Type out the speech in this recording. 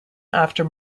after